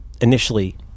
Initially